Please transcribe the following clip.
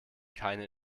keine